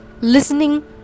listening